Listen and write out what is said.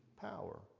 power